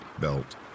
belt